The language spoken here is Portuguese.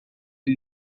ele